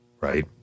right